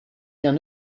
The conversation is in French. bien